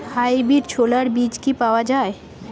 Hybrid ছোলার বীজ কি পাওয়া য়ায়?